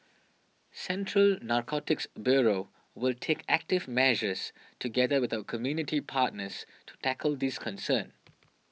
Central Narcotics Bureau will take active measures together with our community partners to tackle this concern